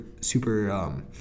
super